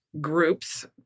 groups